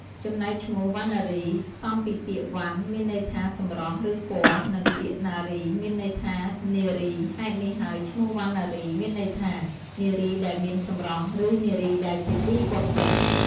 ចំណែកឈ្មោះ វណ្ណារី ផ្សំពីពាក្យ វណ្ណ មានន័យថាសម្រស់ ឬពណ៌ និង ពាក្យណារី មាន័យថានារី ហេតុនេះហើយឈ្មោះ វណ្ណារី មានន័យថា នារីដែលមានសម្រស់ ឬនារីដែលជាទីគាប់ចិត្ត។